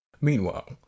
Meanwhile